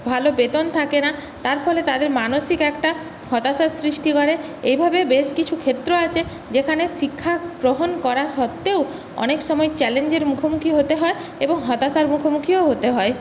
ভালো বেতন থাকে না তার ফলে তাদের মানসিক একটা হতাশার সৃষ্টি করে এইভাবে বেশ কিছু ক্ষেত্র আছে যেখানে শিক্ষাগ্রহণ করা সত্ত্বেও অনেকসময় চ্যালেঞ্জের মুখোমুখি হতে হয় এবং হতাশার মুখোমুখিও হতে হয়